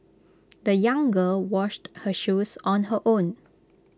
the young girl washed her shoes on her own